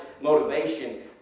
motivation